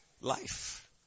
life